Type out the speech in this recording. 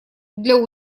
для